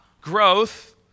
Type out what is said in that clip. growth